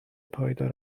پایدار